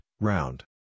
round